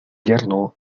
yerno